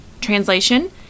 translation